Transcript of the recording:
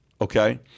okay